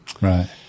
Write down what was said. Right